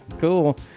cool